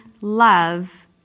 love